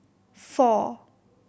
four